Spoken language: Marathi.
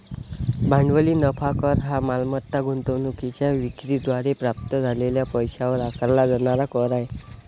भांडवली नफा कर हा मालमत्ता गुंतवणूकीच्या विक्री द्वारे प्राप्त झालेल्या पैशावर आकारला जाणारा कर आहे